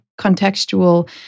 contextual